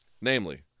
namely